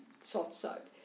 soft-soap